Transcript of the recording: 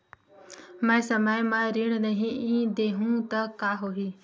मैं समय म ऋण नहीं देहु त का होही